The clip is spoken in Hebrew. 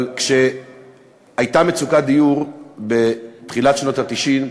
אבל כשהייתה מצוקת דיור בתחילת שנות ה-90,